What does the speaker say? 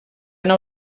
nau